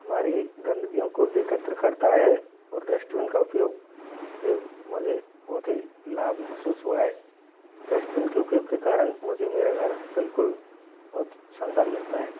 हमारी गंदगी को एकत्र करता है और डस्टबिन का उपयोग से मुझे बहुत ही लाभ महसूस हुआ है डस्टबिन के उपयोग के कारण मुझे मेरा घर बिल्कुल बहुत सुंदर लगता है